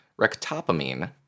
rectopamine